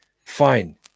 Fine